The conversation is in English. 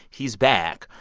he's back.